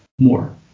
more